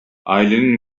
ailenin